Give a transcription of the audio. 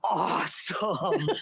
awesome